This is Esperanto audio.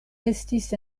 estis